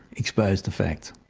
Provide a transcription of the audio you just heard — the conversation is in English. expose the facts.